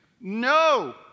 No